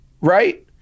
right